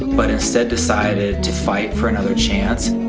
but instead, decided to fight for another chance.